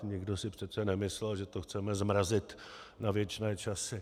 Nikdo si přece nemyslel, že to chceme zmrazit na věčné časy.